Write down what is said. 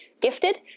gifted